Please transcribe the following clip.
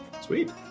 sweet